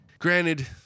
Granted